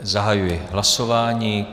Zahajuji hlasování.